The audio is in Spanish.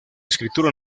escritura